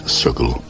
circle